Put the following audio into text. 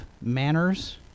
manners